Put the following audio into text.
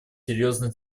серьезной